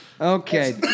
Okay